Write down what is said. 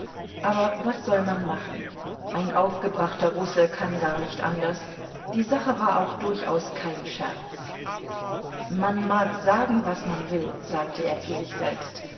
aber was soll man machen ein aufgebrachter russe kann gar nicht anders die sache war auch durchaus kein scherz man mag sagen was man will sagte er zu sich selbst